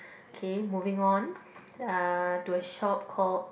okay moving uh to a shop called